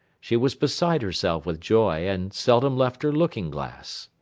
she was beside herself with joy and seldom left her looking-glass.